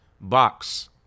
Box